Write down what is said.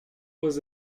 was